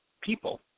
people